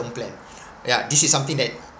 term plan yeah this is something like